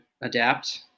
adapt